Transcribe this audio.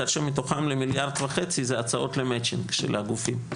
כאשר מתוכם למיליארד וחצי זה הצעות למצ'ינג של הגופים.